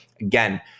again